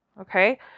Okay